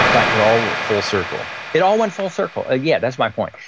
but, it all went full circle it all went full circle. yeah, that's my point.